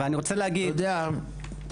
אתה יודע,